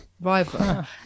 rival